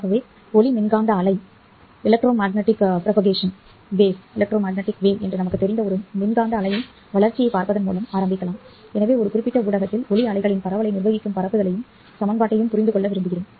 ஆகவே ஒளி மின்காந்த அலை என்று நமக்குத் தெரிந்த ஒரு மின்காந்த அலையின் வளர்ச்சியைப் பார்ப்பதன் மூலம் ஆரம்பிக்கலாம் எனவே ஒரு குறிப்பிட்ட ஊடகத்தில் ஒளி அலைகளின் பரவலை நிர்வகிக்கும் பரப்புதலையும் சமன்பாட்டையும் புரிந்து கொள்ள விரும்புகிறோம்